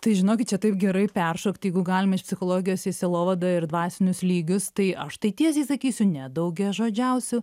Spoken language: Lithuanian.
tai žinokit čia taip gerai peršokt jeigu galima iš psichologijos į sielovadą ir dvasinius lygius tai aš tai tiesiai sakysiu nedaugiažodžiausiu